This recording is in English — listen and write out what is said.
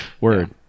Word